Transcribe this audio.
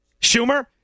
Schumer